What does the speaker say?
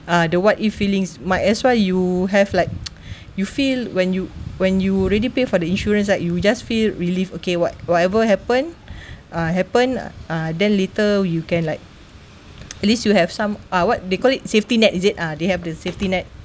ah the what if feelings might as why you have like you feel when you when you already paid for the insurance right you will just feel relief okay what whatever happen ah happen ah then later you can like at least you have some ah what they call it safety net is it ah they have the safety net